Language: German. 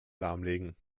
lahmlegen